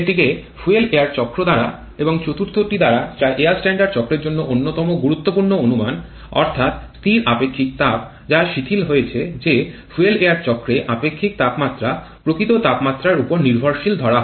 এটিকে fuel air চক্র দ্বারা এবং চতুর্থটি দ্বারা যা এয়ার স্ট্যান্ডার্ড চক্রের জন্য অন্যতম গুরুত্বপূর্ণ অনুমান অর্থাৎ স্থির আপেক্ষিক তাপ যা শিথিল হয়েছে যে ফুয়েল এয়ার চক্রে আপেক্ষিক তাপমাত্রা প্রকৃত তাপমাত্রার উপর নির্ভরশীল ধরা হয়